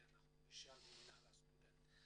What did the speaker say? אנחנו נשאל את המינהל הסטודנטים,